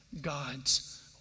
God's